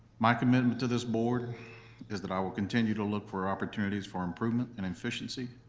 my commitment to this board is that i will continue to look for opportunities for improvement and efficiency,